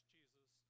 Jesus